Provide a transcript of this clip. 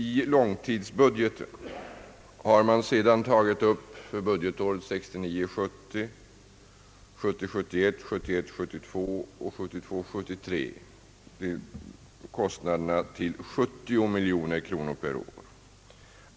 I långtidsbudgeten har man sedan för budgetåren 1969 71, 1971 73 tagit upp kostnaderna till 70 miljoner kronor per år.